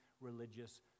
religious